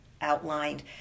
outlined